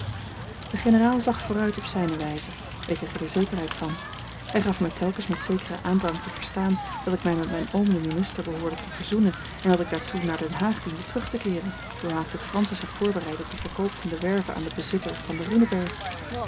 de generaal zag vooruit op zijne wijze ik kreeg er de zekerheid van hij gaf mij telkens met zekeren aandrang te verstaan dat ik mij met mijn oom den minister behoorde te verzoenen en dat ik daartoe naar den haag diende terug te keeren zoo haast ik francis had voorbereid op den verkoop van de werve aan den bezitter van de